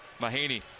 Mahaney